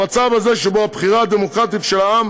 במצב הזה, שבו הבחירה הדמוקרטית של העם